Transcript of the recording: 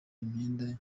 imyenda